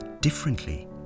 differently